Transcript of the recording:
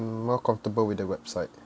more comfortable with the website